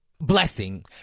blessing